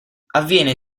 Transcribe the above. avviene